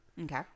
Okay